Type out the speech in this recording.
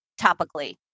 topically